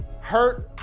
hurt